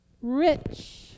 rich